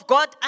God